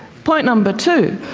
point number two,